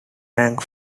rank